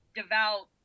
devout